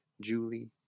Julie